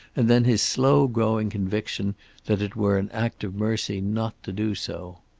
and then his slow-growing conviction that it were an act of mercy not to do so.